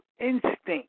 instinct